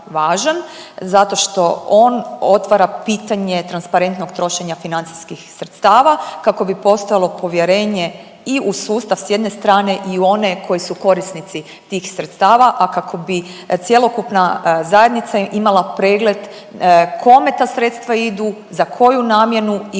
zato što on otvara pitanje transparentnog trošenja financijskih sredstava kako bi postojalo povjerenje i u sustav s jedne strane i u one koji su korisnici tih sredstava, a kao bi cjelokupna zajednica imala pregled kome ta sredstva idu, za koju namjenu i koji